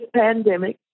pandemic